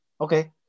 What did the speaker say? Okay